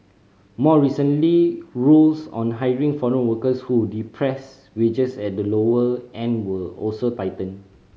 more recently rules on hiring foreign workers who depress wages at the lower end were also tightened